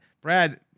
Brad